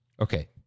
okay